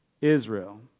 Israel